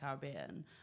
Caribbean